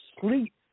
sleep